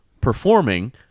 performing